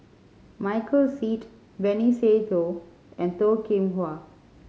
Michael Seet Benny Se Teo and Toh Kim Hwa